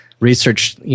research